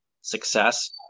success